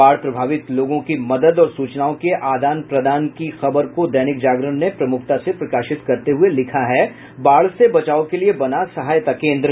बाढ़ प्रभावित लोगों की मदद और सूचनाओं के आदान प्रदान की खबर को दैनिक जागरण ने प्रमुखता से प्रकाशित करते हुए लिखा है बाढ़ से बचाव के लिए बना सहायता केन्द्र